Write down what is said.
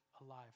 alive